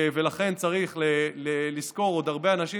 ולכן צריך לשכור עוד הרבה אנשים.